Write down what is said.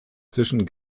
zwischen